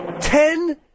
Ten